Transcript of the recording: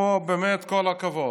פה באמת כל הכבוד.